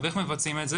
איך מבצעים את זה?